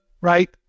right